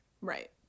Right